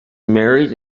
married